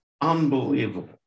unbelievable